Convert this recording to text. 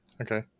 Okay